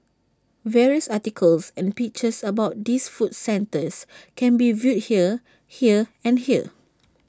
various articles and pictures about this food centre can be viewed here here and here